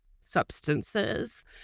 substances